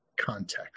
Context